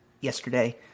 yesterday